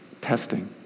Testing